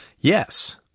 Yes